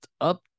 up